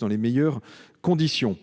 dans les meilleures conditions,